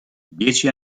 dieci